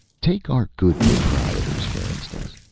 take our good proprietors, for instance.